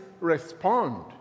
respond